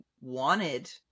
wanted